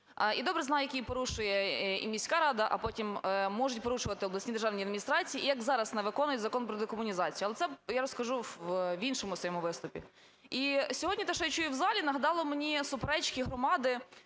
і добре знаю, який порушує і міська рада, а потім можуть порушувати обласні державні адміністрації, і як зараз не виконують Закон про декомунізацію. Але це я розкажу в іншому своєму виступі. І сьогодні те, що я чую в залі, нагадало мені суперечки громади,